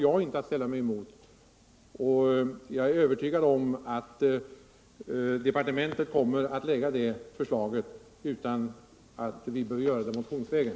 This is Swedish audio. Jag är övertygad om att departementet kommer att lägga fram ett sådant förslag — vi behöver inte göra det motionsvägen.